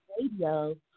radio